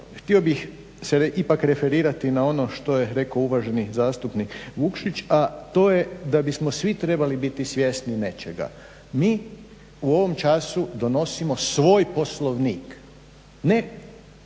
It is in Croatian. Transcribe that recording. htio bih se ipak referirati na ono što je rekao uvaženi zastupnik Vukšić, a to je da bismo svi trebali biti svjesni nečega. Mi u ovom času donosimo svoj Poslovnik, ne Vladin